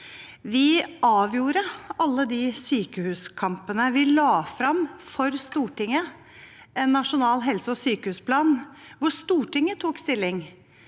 Vi avgjorde alle disse sykehuskampene. Vi la frem for Stortinget en nasjonal helse- og sykehusplan hvor Stortinget tok stilling